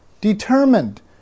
determined